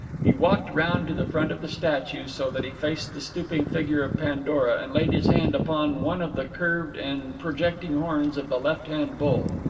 he walked round to the front of the statue, so that he faced the stooping figure of pandora, and laid his hand upon one of the curved and projecting horns of the left-hand bull.